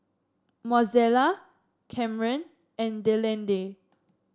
Mozella Kamryn and Delaney